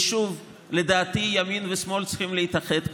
ושוב, לדעתי, ימין ושמאל צריכים להתאחד כאן.